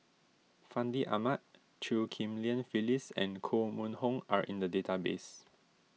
Fandi Ahmad Chew Ghim Lian Phyllis and Koh Mun Hong are in the database